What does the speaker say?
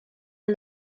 are